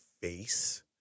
face